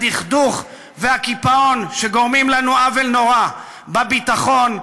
הדכדוך והקיפאון שגורמים לנו עוול נורא בביטחון,